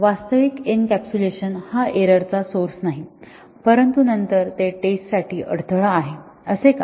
वास्तविक एनकॅप्सुलेशन हा एरर चा सोर्स नाही परंतु नंतर ते टेस्टसाठी अडथळा आहे असे का